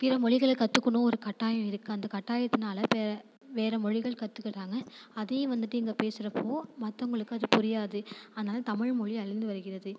பிற மொழிகளை கற்றுக்கணும் ஒரு கட்டாயம் இருக்குது அந்த கட்டாயத்துனால் இப்போ வேறே மொழிகள் கற்றுக்குறாங்க அதையும் வந்துட்டு இங்கே பேசுகிறப்போ மற்றவங்களுக்கு அது புரியாது அதனால் தமிழ்மொழி அழிந்து வருகிறது